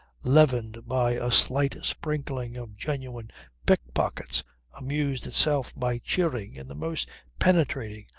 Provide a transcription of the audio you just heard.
leavened by a slight sprinkling of genuine pickpockets amused itself by cheering in the most penetrating,